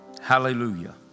Hallelujah